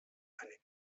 eine